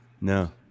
No